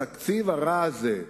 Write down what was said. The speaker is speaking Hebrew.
התקציב הרע הזה,